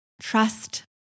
Trust